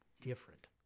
Different